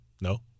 No